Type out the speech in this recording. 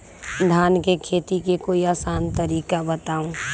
धान के खेती के कोई आसान तरिका बताउ?